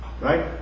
Right